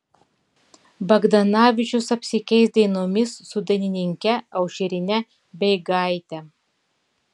bagdanavičius apsikeis dainomis su dainininke aušrine beigaite